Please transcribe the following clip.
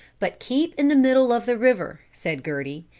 but keep in the middle of the river, said gerty,